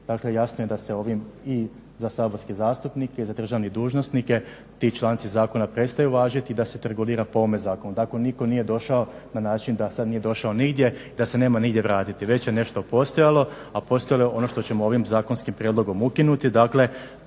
dakle jasno je da se ovim i za saborske zastupnike i za državne dužnosnike ti članci zakona prestaju važiti i da se to regulira po ovom zakonu. Dakle nitko nije došao da sad nije došao nigdje, da se nema nigdje vratiti. Već je nešto postojalo, a postojalo je ono što ćemo ovim zakonskim prijedlogom ukinuti,